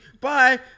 bye